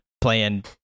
playing